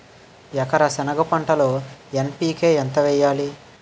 ఎకర సెనగ పంటలో ఎన్.పి.కె ఎంత వేయాలి?